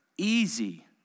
Easy